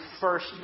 first